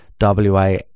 WA